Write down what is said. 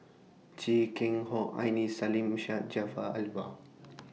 Chia Keng Hock Aini Salim Syed Jaafar Albar